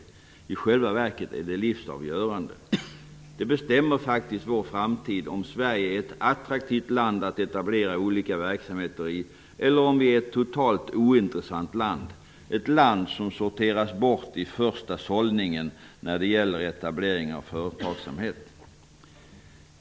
I själva verket är det livsavgörande. Det bestämmer faktiskt vår framtid om Sverige är ett attraktivt land att etablera olika verksamheter i eller om det är ett totalt ointressant land, ett land som sorteras bort i första sållningen när det gäller etablering av företagsamhet.